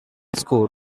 score